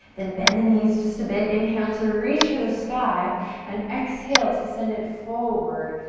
then bend the knees just a bit inhale to reach for the sky and exhale to send it forward,